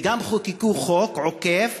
וגם חוקקו חוק עוקף,